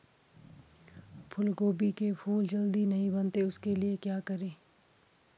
फूलगोभी के फूल जल्दी नहीं बनते उसके लिए क्या करें?